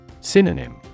Synonym